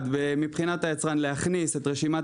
מבחינת היצרן - אני מציע להכניס את רשימת